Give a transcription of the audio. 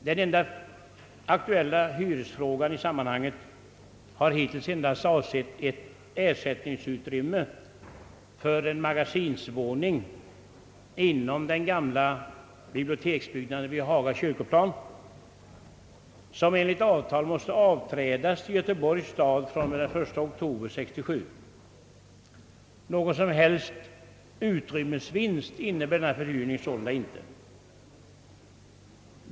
Den hittills enda hyresfrågan i sammanhanget har avsett ett ersättningsutrymme för en magasinsvåning inom den gamla biblioteksbyggnaden vid Haga kyrkoplan, som enligt avtal måste avträdas till Göteborgs stad den 1 oktober 1967. Någon som helst utrymmesvinst innebär denna förhyrning sålun da inte.